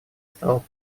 стало